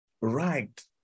right